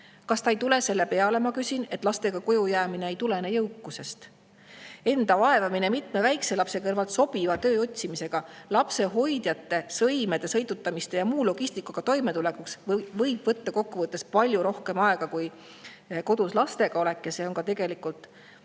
Kas ta ei tule selle peale, ma küsin, et lastega koju jäämine ei tulene jõukusest? Enda vaevamine mitme väikse lapse kõrvalt sobiva töö otsimise, lapsehoidjate, sõime sõidutamise ja muu logistikaga võib võtta kokkuvõttes palju rohkem aega kui kodus lastega olek. See on ka tegelikult